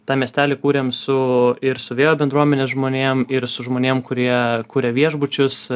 tą miestelį kūrėm su ir su vėjo bendruomenės žmonėm ir su žmonėm kurie kuria viešbučius